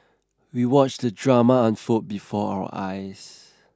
we watched the drama unfold before our eyes